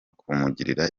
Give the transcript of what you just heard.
kumugirira